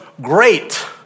great